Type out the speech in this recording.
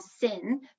sin